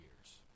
years